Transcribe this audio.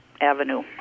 avenue